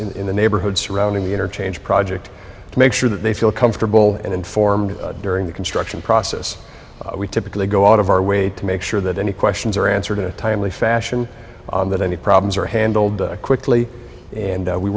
the neighborhood surrounding the interchange project to make sure that they feel comfortable and informed during the construction process we typically go out of our way to make sure that any questions are answered in a timely fashion that any problems are handled quickly and we